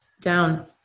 down